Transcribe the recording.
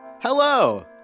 Hello